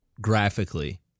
graphically